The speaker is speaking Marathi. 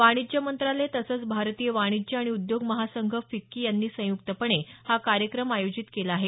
वाणिज्य मंत्रालय तसंच भारतीय वाणिज्य आणि उद्योग महासंघ फिक्की यांनी संयुक्तपणे हा कार्यक्रम आयोजित केला आहे